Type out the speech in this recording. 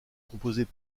composées